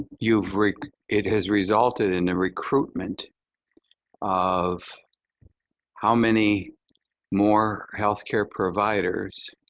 you've it has resulted in the recruitment of how many more healthcare providers